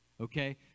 okay